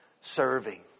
serving